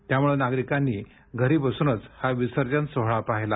त्यामुळे नागरिकांनी घरी बसूनच हा विसर्जन सोहळा पाहिला